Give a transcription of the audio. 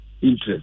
interest